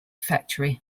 factory